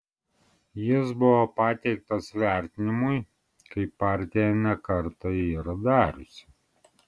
jis buvo pateiktas vertinimui kaip partija ne kartą yra dariusi